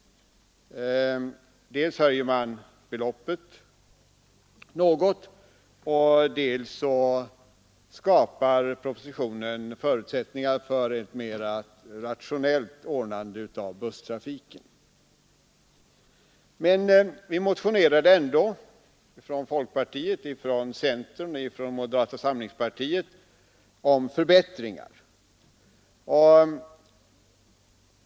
Dels höjer man beloppen något, dels skapar propositionen förutsättningar för ett mer rationellt ordnande av busstrafiken. Men vi motionerade ändå — från folkpartiet, från centern och från moderata samlingspartiet — om förbättringar.